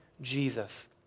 Jesus